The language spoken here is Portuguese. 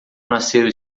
nasceu